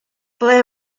ble